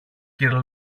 κυρ